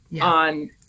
on